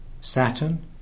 Saturn